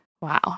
Wow